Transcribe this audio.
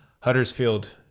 Huddersfield